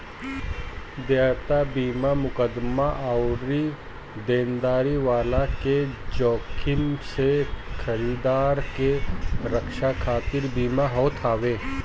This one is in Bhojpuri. देयता बीमा मुकदमा अउरी देनदारी वाला के जोखिम से खरीदार के रक्षा खातिर बीमा होत हवे